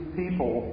people